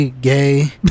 gay